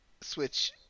switch